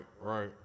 right